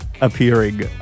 appearing